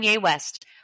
West